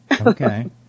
Okay